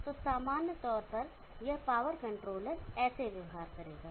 तो सामान्य तौर पर यह पावर कंट्रोलर ऐसे व्यवहार करेगा